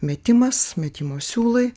metimas metimo siūlai